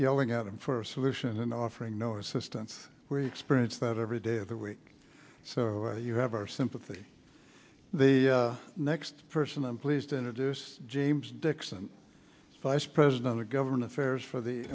yelling at them for solutions and offering no assistance where experience that every day of the week so you have our sympathy the next person i'm pleased to introduce james dickson vice president of government affairs for the